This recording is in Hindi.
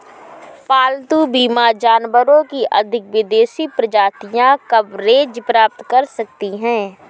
पालतू बीमा जानवरों की अधिक विदेशी प्रजातियां कवरेज प्राप्त कर सकती हैं